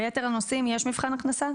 וביתר הנושאים יש מבחן הכנסה?